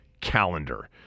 calendar